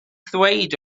ddweud